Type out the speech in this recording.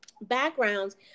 backgrounds